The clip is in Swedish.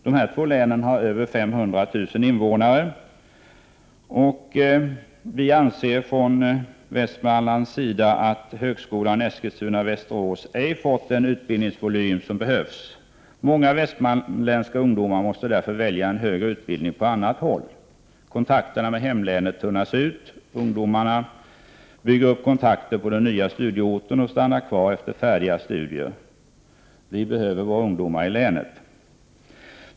De övriga länen har sin egen högskola. Vi i Västmanlands län anser att högskolan Eskilstuna/Västerås ej har fått den utbildningsvolym som behövs. Många västmanländska ungdomar måste därför välja en högre utbildning på annat håll. Kontakterna med hemlänet tunnas ut. Ungdomarna bygger upp kontakter på den nya studieorten och stannar kvar där efter färdiga studier. Vi behöver våra ungdomar i länet.